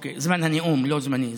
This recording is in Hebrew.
זמן הנאום, לא זמני.